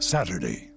Saturday